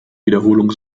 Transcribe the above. wiederholung